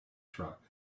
truck